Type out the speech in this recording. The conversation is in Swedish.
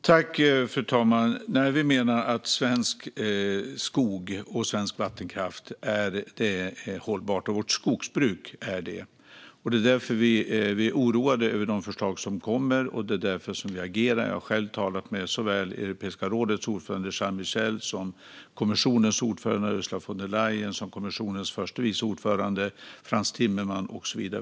Fru talman! Nej, vi menar att svensk skog och svensk vattenkraft är hållbart - och att vårt skogsbruk är det. Därför är vi oroade över det förslag som kommer, och därför agerar vi. Jag har själv talat med såväl Europeiska rådets ordförande Charles Michel som kommissionens ordförande Ursula von der Leyen, kommissionens förste vice ordförande Frans Timmermans och så vidare.